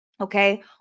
Okay